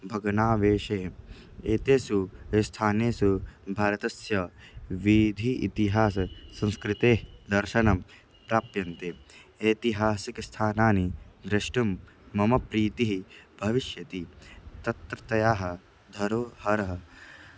भग्नावशेषे एतेषु स्थानेसु भारतस्य विधिः इतिहासः संस्कृतेः दर्शनं प्राप्यन्ते ऐतिहासिकस्थानानि द्रष्टुं मम प्रीतिः भविष्यति तत्रत्यः धरोहरः